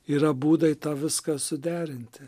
yra būdai tą viską suderinti